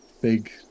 big